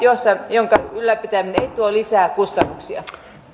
jonka ylläpitäminen ei tuo lisää kustannuksia